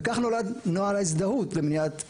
וכך נולד נוהל ההזדהות במניעת פרופיילינג.